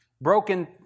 broken